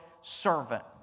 servant